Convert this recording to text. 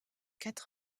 quatre